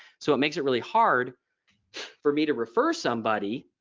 so it makes it really hard for me to refer somebody